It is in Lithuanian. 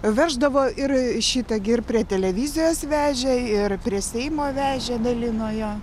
veždavo ir šitą gi ir prie televizijos vežė ir prie seimo vežė dalino jo